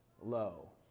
low